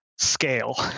scale